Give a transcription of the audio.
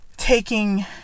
taking